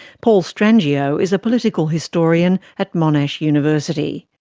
paul strangio is a political historian at monash university.